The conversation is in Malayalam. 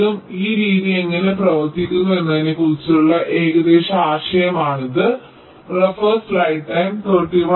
അതിനാൽ ഈ രീതി എങ്ങനെ പ്രവർത്തിക്കുന്നു എന്നതിനെക്കുറിച്ചുള്ള ഏകദേശ ആശയം ഇതാണ്